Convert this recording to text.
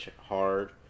hard